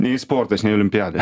nei sportas nei olimpiada